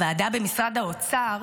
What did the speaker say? הוועדה במשרד האוצר,